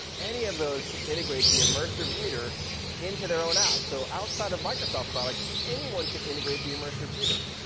any of those can integrate the immersive reader into their own app, so outside of microsoft products, anyone can integrate the immersive reader.